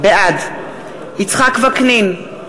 בעד יצחק וקנין,